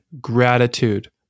gratitude